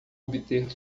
obter